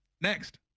Next